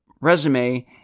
resume